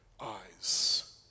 eyes